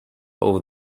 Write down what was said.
over